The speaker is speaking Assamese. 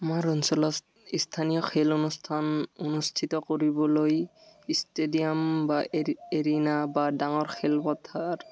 আমাৰ অঞ্চলত স্থানীয় খেল অনুষ্ঠান অনুষ্ঠিত কৰিবলৈ ইষ্টেডিয়াম বা এ এৰিনা বা ডাঙৰ খেলপথাৰ